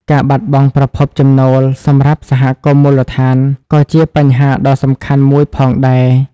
ការបាត់បង់ប្រភពចំណូល សម្រាប់សហគមន៍មូលដ្ឋានក៏ជាបញ្ហាដ៏សំខាន់មួយផងដែរ។